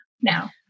now